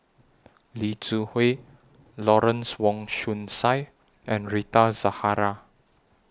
Lee Zu Hui Lawrence Wong Shyun Tsai and Rita Zahara